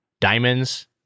Diamonds